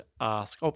ask